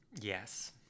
Yes